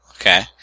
Okay